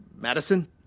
Madison